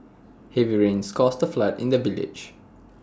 heavy rains caused A flood in the village